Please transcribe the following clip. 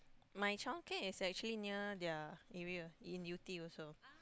my childcare is actually near their area in Yew-Tee also